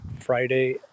Friday